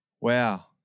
Wow